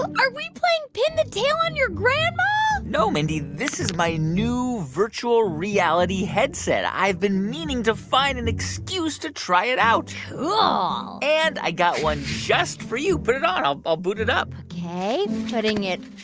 are we playing pin the tail on your grandma? no, mindy. this is my new virtual reality headset. i've been meaning to find an excuse to try it out cool and i got one just for you. put it on. i'll i'll boot it up ok, putting it